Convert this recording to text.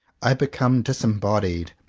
i be come disembodied,